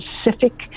specific